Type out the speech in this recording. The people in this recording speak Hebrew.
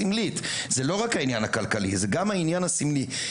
זה לא רק העניין הכלכלי, זה גם העניין הסמלי.